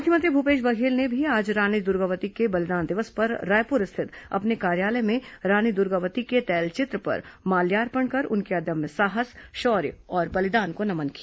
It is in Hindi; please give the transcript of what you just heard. मुख्यमंत्री भूपेश बघेल ने भी आज रानी दुर्गावती के बलिदान दिवस पर रायपुर स्थित अपने कार्यालय में रानी दुर्गावती के तैलचित्र पर माल्यार्पण कर उनके अदम्य साहस शौर्य और बलिदान को नमन किया